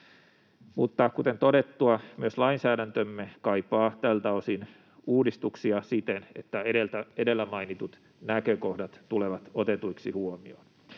kuten todettua, myös lainsäädäntömme kaipaa tältä osin uudistuksia siten, että edellä mainitut näkökohdat tulevat otetuiksi huomioon.